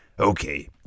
Okay